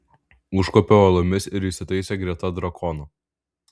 užkopė uolomis ir įsitaisė greta drakono